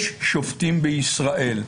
יש שופטים בישראל.